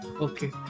Okay